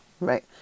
Right